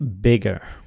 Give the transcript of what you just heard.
bigger